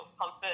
comfort